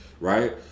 right